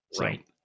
Right